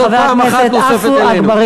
אני קוראת לחבר הכנסת עפו אגבאריה.